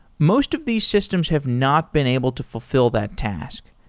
most of these systems have not been able to fulfill that task,